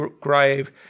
grave